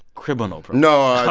criminal. no. i